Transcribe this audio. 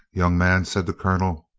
young man, said the colonel,